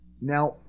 Now